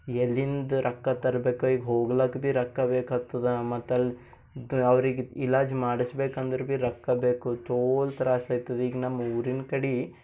ಎಲ್ಲಿಂದ ರೊಕ್ಕ ತರಬೇಕು ಈಗ ಹೋಗ್ಲಕ್ಕ ಭೀ ರೊಕ್ಕ ಬೇಕಾಗ್ತದೆ ಮತ್ತಲ್ಲಿ ಅವ್ರಿಗೆ ಇಲಾಜ್ ಮಾಡಿಸ್ಬೇಕು ಅಂದ್ರೆ ಭೀ ರೊಕ್ಕ ಬೇಕು ತೋಲ್ ತ್ರಾಸಾಯ್ತದೆ ಈಗ ನಮ್ಮೂರಿನ ಕಡೆ